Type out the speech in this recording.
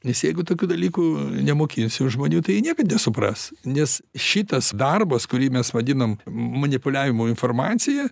nes jeigu tokių dalykų nemokinsiu žmonių tai jie niekad nesupras nes šitas darbas kurį mes vadinam manipuliavimu informacija